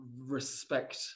respect